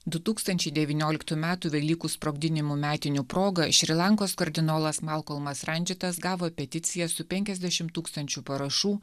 du tūkstančiai devynioliktų metų velykų sprogdinimų metinių proga šri lankos kardinolas malkolmas randžitas gavo peticiją su penkiasdešim tūkstančių parašų